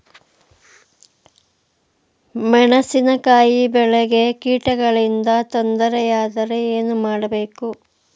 ಮೆಣಸಿನಕಾಯಿ ಬೆಳೆಗೆ ಕೀಟಗಳಿಂದ ತೊಂದರೆ ಯಾದರೆ ಏನು ಮಾಡಬೇಕು?